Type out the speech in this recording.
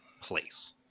place